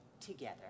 together